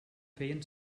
feien